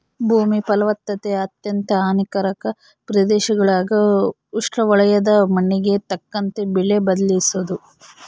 ಭೂಮಿ ಫಲವತ್ತತೆಗೆ ಅತ್ಯಂತ ಹಾನಿಕಾರಕ ಪ್ರದೇಶಗುಳಾಗ ಉಷ್ಣವಲಯದ ಮಣ್ಣಿಗೆ ತಕ್ಕಂತೆ ಬೆಳೆ ಬದಲಿಸೋದು